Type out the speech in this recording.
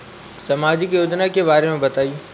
सामाजिक योजना के बारे में बताईं?